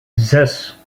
zes